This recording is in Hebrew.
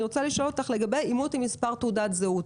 אני רוצה לשאול אותך לגבי אימות עם מספר תעודת זהות.